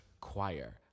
choir